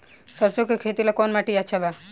सरसों के खेती ला कवन माटी अच्छा बा?